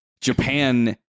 Japan